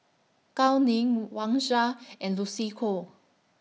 Gao Ning Wang Sha and Lucy Koh